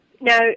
No